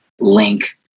link